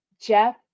Jeff